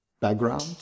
background